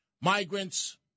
migrants